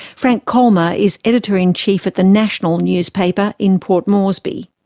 frank kolma is editor in chief at the national newspaper in port moresby.